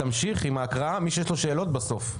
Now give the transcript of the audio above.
תמשיך עם ההקראה, מי שיש לו שאלות בסוף.